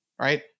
right